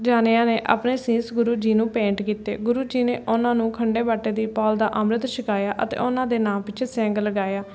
ਜਣਿਆ ਨੇ ਆਪਣੇ ਸੀਸ ਗੁਰੂ ਜੀ ਨੂੰ ਭੇਂਟ ਕੀਤੇ ਗੁਰੂ ਜੀ ਨੇ ਉਨ੍ਹਾਂ ਨੂੰ ਖੰਡੇ ਬਾਟੇ ਦੀ ਪਾਹੁਲ ਦਾ ਅੰਮ੍ਰਿਤ ਛਕਾਇਆ ਅਤੇ ਉਨ੍ਹਾਂ ਦੇ ਨਾਮ ਪਿੱਛੇ ਸਿੰਘ ਲਗਾਇਆ